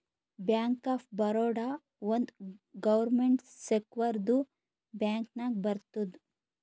bank of Baroda ಒಂದ್ government ಸೆಕ್ಟರ್ದು bank ನಾಗ್ ಬರ್ತುದ್